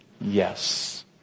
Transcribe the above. Yes